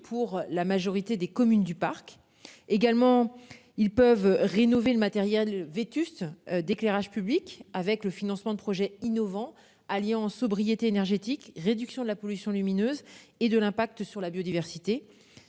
pour la majorité des communes du parc également ils peuvent rénover le matériel vétuste d'éclairage public avec le financement de projets innovants alliant sobriété énergétique, réduction de la pollution lumineuse et de l'impact sur la biodiversité.